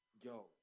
yo